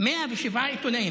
107 עיתונאים.